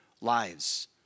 lives